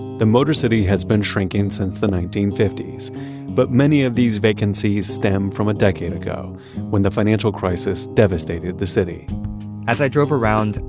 the motor city has been shrinking since the nineteen fifty s but many of these vacancies stem from a decade ago when the financial crisis devastated the city as i drove around,